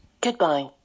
Goodbye